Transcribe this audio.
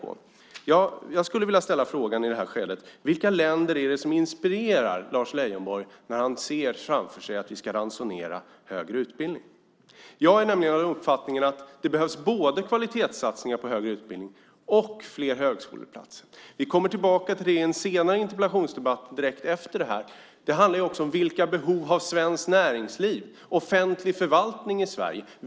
Jag skulle i detta skede vilja ställa följande fråga: Vilka länder är det som inspirerar Lars Leijonborg när han ser framför sig att vi ska ransonera högre utbildning? Jag har nämligen uppfattningen att det behövs både kvalitetssatsningar på högre utbildningar och fler högskoleplatser. Vi kommer tillbaka till det i en senare interpellationsdebatt i dag. Det handlar också om vilka behov som svenskt näringsliv och offentlig förvaltning i Sverige har.